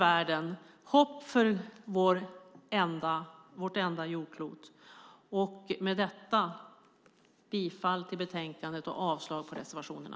Det finns hopp för vårt enda jordklot. Med detta yrkar jag bifall till utskottets förslag i betänkandet och avslag på reservationerna.